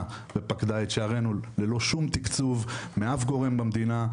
שפקדה את שערנו ללא שום תקצוב מאף גורם במדינה,